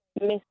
miss